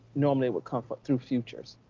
normally it would come through futures.